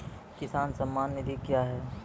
किसान सम्मान निधि क्या हैं?